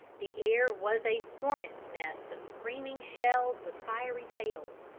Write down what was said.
the air was a hornet's nest of screaming shells with fiery tails.